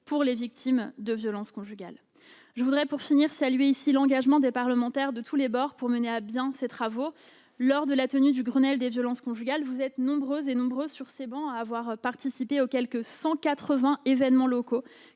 pour les victimes de violences conjugales. Pour finir, je salue ici l'engagement des parlementaires de tous les bords pour mener à bien ces travaux lors de la tenue du Grenelle des violences conjugales. Vous êtes nombreuses et nombreux sur ces travées à avoir participé aux quelque 180 événements locaux